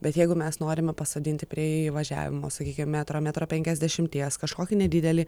bet jeigu mes norime pasodinti prie įvažiavimo sakykim metro metro penkiasdešimties kažkokį nedidelį